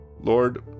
Lord